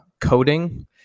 coding